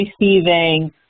receiving